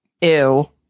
Ew